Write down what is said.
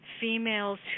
females